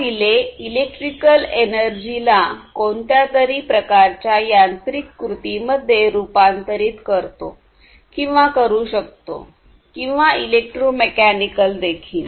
हा relay electrical एनर्जीला कोणत्या तरी प्रकारच्या यांत्रिक कृतीमध्ये रूपांतरित करतो किंवा करू शकतोकिंवा इलेक्ट्रोमेकॅनिकल देखील